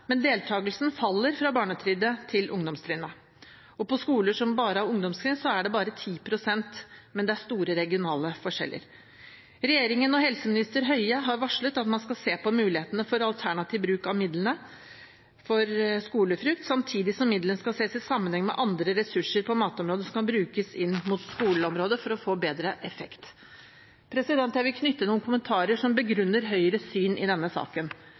men deltakelsen faller fra barnetrinnet til ungdomstrinnet. På skoler som bare har ungdomstrinn, er det bare 10 pst., men det er store regionale forskjeller. Regjeringen og helseminister Bent Høie har varslet at man skal se på mulighetene for alternativ bruk av midlene for skolefrukt, samtidig som midlene skal ses i sammenheng med andre ressurser på matområdet som kan brukes inn mot skoleområdet for å få bedre effekt. Jeg vil knytte noen kommentarer til saken som begrunner Høyres syn. Det har ikke vært tradisjon for servering av mat i